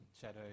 shadow